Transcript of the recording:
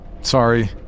Sorry